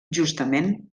justament